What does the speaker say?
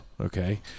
Okay